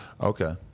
Okay